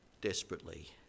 desperately